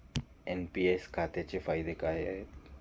NPS खात्याचे फायदे काय आहेत?